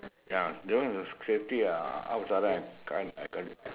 ya don't have the safety uh